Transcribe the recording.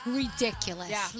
ridiculous